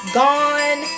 gone